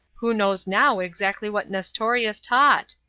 who knows now exactly what nestorius taught?